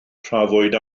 trafodwyd